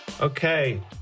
okay